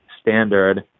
standard